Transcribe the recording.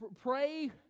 pray